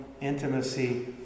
intimacy